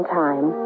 time